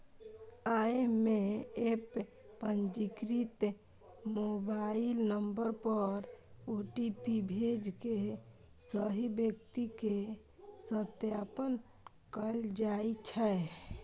अय मे एप पंजीकृत मोबाइल नंबर पर ओ.टी.पी भेज के सही व्यक्ति के सत्यापन कैल जाइ छै